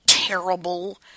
terrible